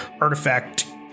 artifact